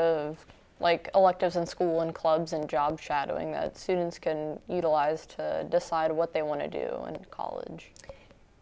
of like electives in school and clubs and job shadowing that students can utilize to decide what they want to do and college